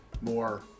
more